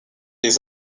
les